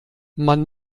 man